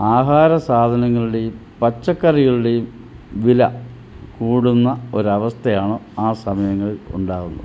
ആഹാര സാധനങ്ങളുടെയും പച്ചക്കറികളുടെയും വില കൂടുന്ന ഒരവസ്ഥയാണ് ആ സമയങ്ങളിൽ ഉണ്ടാവുന്നത്